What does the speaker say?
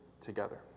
together